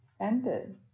ended